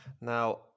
Now